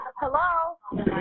Hello